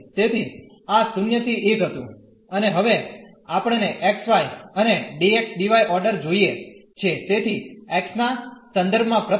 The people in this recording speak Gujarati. તેથી આ 0 થી 1 હતું અને હવે આપણને xy અને dx dy ઓર્ડર જોઈએ છે તેથી x ના સંદર્ભમાં પ્રથમ